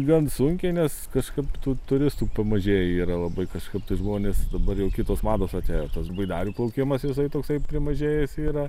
gan sunkiai nes kažkap tų turistų pamažėjį yra labai kažkap tai žmonės dabar jau kitos mados atėjo tas baidarių plaukimas jisai toksai primažėjįs yra